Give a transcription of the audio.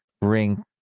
bring